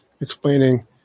explaining